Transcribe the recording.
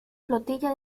flotilla